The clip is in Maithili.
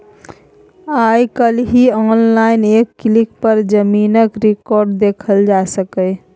आइ काल्हि आनलाइन एक क्लिक पर जमीनक रिकॉर्ड देखल जा सकैए